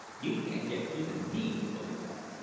you can't get even me to believe that.